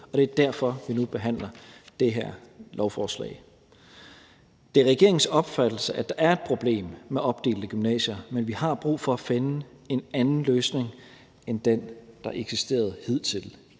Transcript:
og det er derfor, vi nu behandler det her lovforslag. Det er regeringens opfattelse, at der er et problem med opdelte gymnasier, men at vi har brug for at finde en anden løsning end den, der eksisterede hidtil